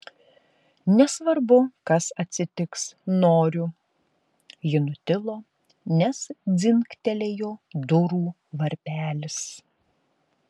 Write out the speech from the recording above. nesvarbu kas atsitiks noriu ji nutilo nes dzingtelėjo durų varpelis